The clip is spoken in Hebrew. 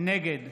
נגד